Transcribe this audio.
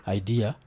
idea